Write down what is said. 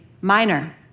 minor